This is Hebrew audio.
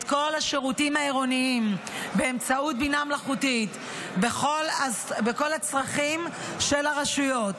כל השירותים העירוניים באמצעות בינה מלאכותית בכל הצרכים של הרשויות,